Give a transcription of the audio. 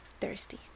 thirsty